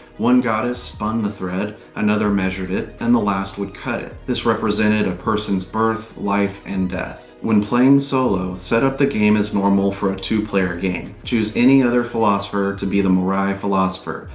one goddesses spun the thread, another measured it, and the last would cut it. this represented a person's birth, life, and death. when playing solo, set up the game as normal for a two player game. choose any other philosopher to be the moirai philosopher.